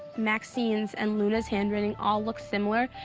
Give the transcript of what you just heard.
maxine's, and luna's handwriting all look similar,